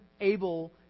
able